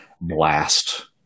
blast